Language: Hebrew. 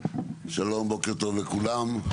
שלום, בוקר טוב לכולם.